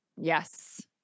Yes